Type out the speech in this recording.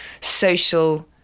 social